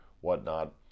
whatnot